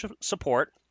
support